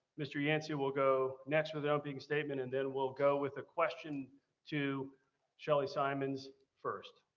mr. yancey will go next with an opening statement and then we'll go with a question to shelly simonds first.